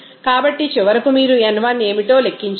కాబట్టి చివరకు మీరు n 1 ఏమిటో లెక్కించవచ్చు